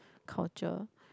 culture